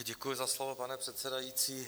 Děkuji za slovo, pane předsedající.